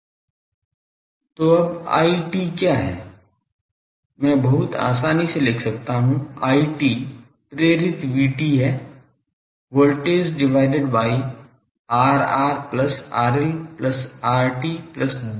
तो अब IT क्या है मैं बहुत आसानी से लिख सकता हूं IT प्रेरित VT है voltage divided by Rr plus RL plus RT plus j XA plus XT